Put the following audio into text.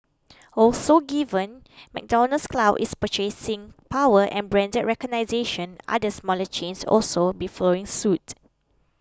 also given McDonald's clout its purchasing power and brand other smaller chains could also be following suit